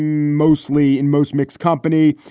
mostly in most mixed company.